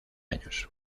años